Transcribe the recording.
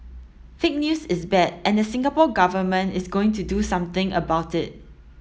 fake news is bad and the Singapore Government is going to do something about it